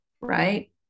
Right